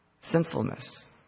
sinfulness